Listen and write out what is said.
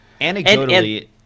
anecdotally